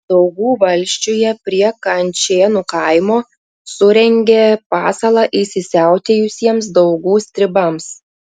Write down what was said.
daugų valsčiuje prie kančėnų kaimo surengė pasalą įsisiautėjusiems daugų stribams